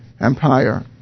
empire